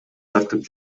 тартып